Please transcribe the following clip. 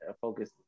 focus